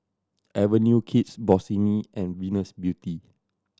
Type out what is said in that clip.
Avenue Kids Bossini and Venus Beauty